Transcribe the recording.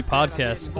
Podcast